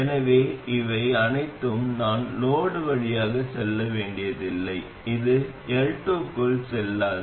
எனவே இவை அனைத்தும் நான் லோடு வழியாக செல்ல வேண்டியதில்லை அது L2 க்குள் செல்லக்கூடாது